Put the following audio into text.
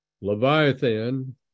Leviathan